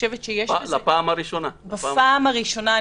בפעם הראשונה.